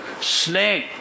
snake